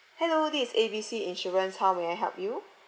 hello this is A B C insurance how may I help you